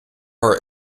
are